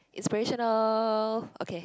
inspirational okay